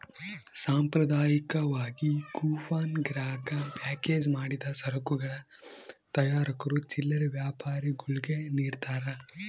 ಸಾಂಪ್ರದಾಯಿಕವಾಗಿ ಕೂಪನ್ ಗ್ರಾಹಕ ಪ್ಯಾಕೇಜ್ ಮಾಡಿದ ಸರಕುಗಳ ತಯಾರಕರು ಚಿಲ್ಲರೆ ವ್ಯಾಪಾರಿಗುಳ್ಗೆ ನಿಡ್ತಾರ